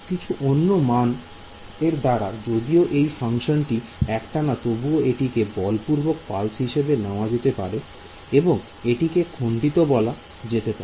কিছু অন্য মান এর দ্বারা যদিও এই ফাংশনটি একটানা তবুও এটিকে বলপূর্বক পালস হিসেবে নেওয়া যেতে পারে এবং এটিকে খন্ডিত বলা যেতে পারে